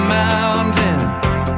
mountains